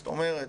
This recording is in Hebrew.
זאת אומרת,